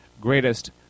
greatest